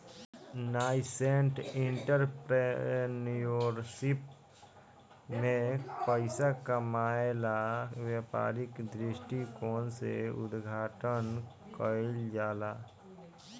nascent entrepreneurship में पइसा कामायेला व्यापारिक दृश्टिकोण से उद्घाटन कईल जाला